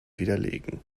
widerlegen